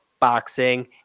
boxing